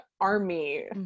army